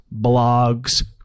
blogs